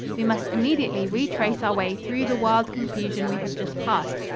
we must immediately retrace our way through the wild confusion we had just passed.